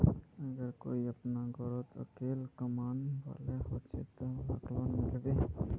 अगर कोई अपना घोरोत अकेला कमाने वाला होचे ते वहाक लोन मिलबे?